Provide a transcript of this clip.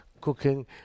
cooking